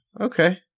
Okay